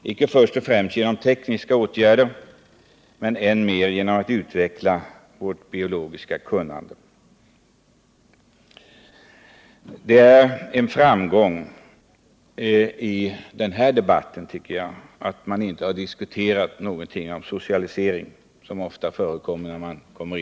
Det sker inte främst genom tekniska åtgärder, utan genom en utveckling av vårt biologiska kunnande. Det är en framgång att man i den här debatten inte har diskuterat socialisering, vilket annars ofta förekommer i skogsdebatter.